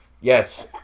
yes